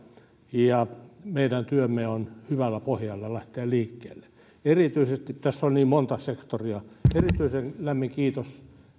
ja meidän työmme on hyvällä pohjalla lähteä liikkeelle tässä on niin monta sektoria ja erityisen lämmin kiitos